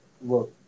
work